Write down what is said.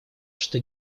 что